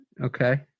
Okay